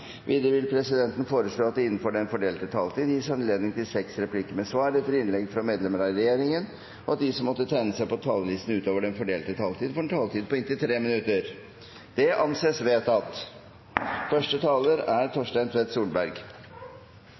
Videre vil presidenten foreslå at det blir gitt anledning til seks replikker med svar etter innlegg fra medlemmer av regjeringen innenfor den fordelte taletid, og at de som måtte tegne seg på talerlisten utover den fordelte taletid, får en taletid på inntil 3 minutter. – Det anses vedtatt. Dagen i dag er